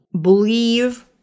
believe